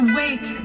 wake